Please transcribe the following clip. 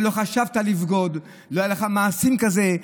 שלא חשבת לבגוד, לא היו לך מעשים כאלה.